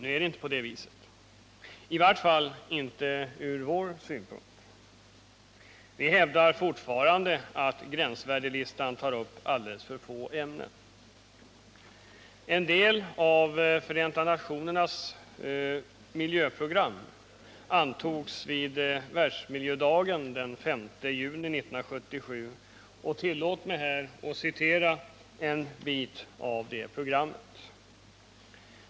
Nu är det inte på det viset, i vart fall inte från vår synpunkt. Vi hävdar fortfarande att gränsvärdeslistan tar upp alldeles för få ämnen. En del av Förenta nationernas miljöprogram antogs vid Världsmiljödagen den 5 juni 1977, och tillåt mig citera en del av det programmet.